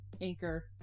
anchor